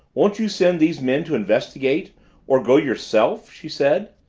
won't you send these men to investigate or go yourself? she said,